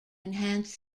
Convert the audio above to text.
enhance